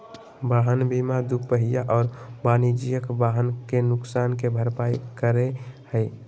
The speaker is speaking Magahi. वाहन बीमा दूपहिया और वाणिज्यिक वाहन के नुकसान के भरपाई करै हइ